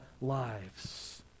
lives